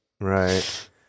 Right